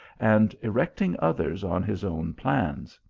and erecting others on his own plans.